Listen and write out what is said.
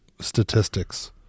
statistics